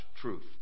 truth